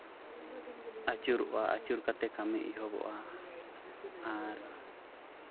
ᱟᱹᱪᱩᱨᱚᱜᱼᱟ ᱟᱹᱪᱩᱨ ᱠᱟᱛᱮᱫ ᱠᱟᱹᱢᱤ ᱮᱦᱚᱵᱚᱜᱼᱟ ᱟᱨ